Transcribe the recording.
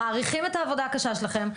אנחנו מעריכים את העבודה הקשה שלכם.